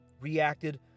reacted